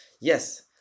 yes